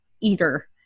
eater